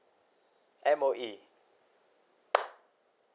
M_O_E